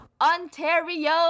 Ontario